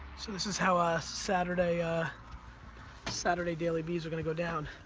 so this is how ah saturday ah saturday dailyvees are gonna go down.